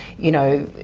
you know,